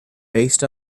based